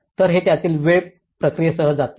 तर हे त्यातील वेळ प्रक्रियेसह जात आहे